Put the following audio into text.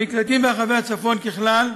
המקלטים ברחבי הצפון, ככלל,